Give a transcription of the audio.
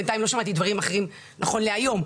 בינתיים לא שמעתי דברים אחרים נכון להיום,